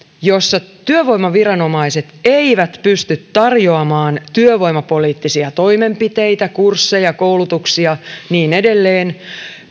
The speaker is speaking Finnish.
missä työvoimaviranomaiset eivät pysty tarjoamaan työvoimapoliittisia toimenpiteitä kursseja koulutuksia ja niin edelleen